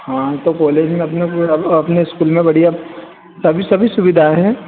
हाँ तो कोलेज में अपने वो अब अपने स्कूल में बढ़िया सभी सभी सुविधाएँ हैं